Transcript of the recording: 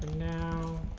now